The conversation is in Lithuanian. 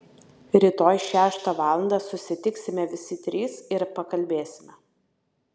rytoj šeštą valandą susitiksime visi trys ir pakalbėsime